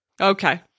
Okay